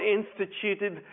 instituted